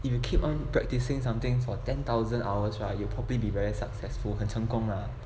if you keep on practicing something for ten thousand hours right you probably be very successful 很成功 lah